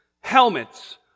helmets